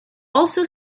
also